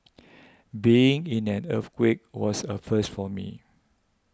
being in an earthquake was a first for me